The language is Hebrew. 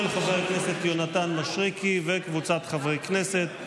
של חבר הכנסת יונתן מישרקי וקבוצת חברי הכנסת.